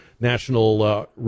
national